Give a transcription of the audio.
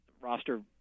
roster